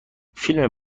فیلم